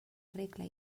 regla